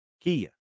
Kia